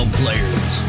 players